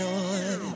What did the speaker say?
on